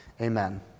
Amen